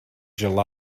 july